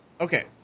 Okay